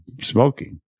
smoking